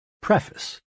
Preface